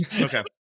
Okay